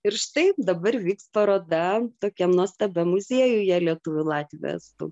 ir štai dabar vyks paroda tokiam nuostabiam muziejuje lietuvių latvių estų